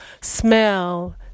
smell